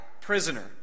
prisoner